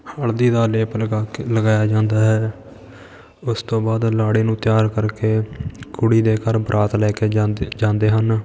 ਹਲਦੀ ਦਾ ਲੇਪ ਲਗਾ ਕੇ ਲਗਾਇਆ ਜਾਂਦਾ ਹੈ ਉਸ ਤੋਂ ਬਾਅਦ ਲਾੜੇ ਨੂੰ ਤਿਆਰ ਕਰਕੇ ਕੁੜੀ ਦੇ ਘਰ ਬਰਾਤ ਲੈ ਕੇ ਜਾਂਦੇ ਜਾਂਦੇ ਹਨ